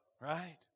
Right